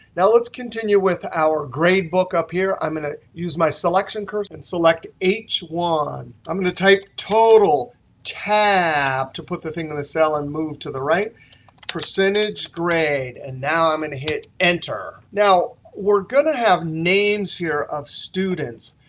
now let's continue with our gradebook up here. i'm going to use my selection cursor and select h one. i'm going to type total tab to put the thing in the cell and move to the right percentage grade, and now i'm going to hit enter. now, we're going to have names here of students.